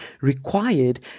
required